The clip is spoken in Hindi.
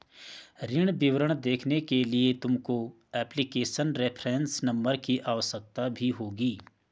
ऋण विवरण देखने के लिए तुमको एप्लीकेशन रेफरेंस नंबर की आवश्यकता भी होगी